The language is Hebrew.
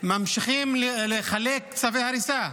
ממשיכים לחלק צווי הריסה.